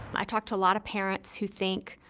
i talk to a lot of parents who think,